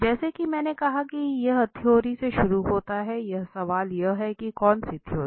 जैसा कि हमने कहा कि यह थ्योरी से शुरू होता है अब सवाल यह है कि कौन सी थ्योरी